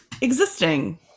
existing